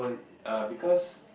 err because